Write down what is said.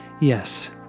yes